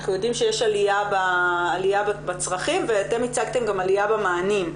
אנחנו יודעים שיש עליה בצרכים ואתם הצגתם גם עליה במענים.